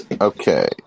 okay